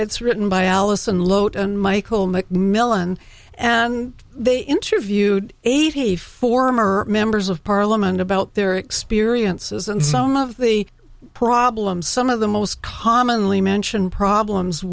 it's written by alison lote and michael mcmillan and they interviewed eighty former members of parliament about their experiences and some of the problems some of the most commonly mention problems